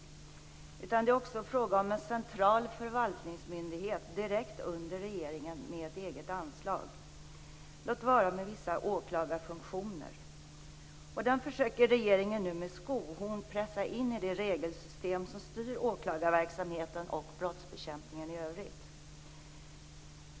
Det är ju också fråga om en central förvaltningsmyndighet, direkt under regeringen och med ett eget anslag - låt vara med vissa åklagarfunktioner. Den försöker regeringen nu med skohorn pressa in i det regelsystem som styr åklagarverksamheten och brottsbekämpningen i övrigt.